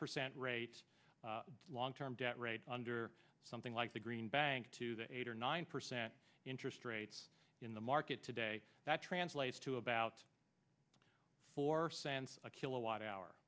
percent rate long term debt rate under something like the green bank to the eight or nine percent interest rates in the market today that translates to about four cents a kilowatt hour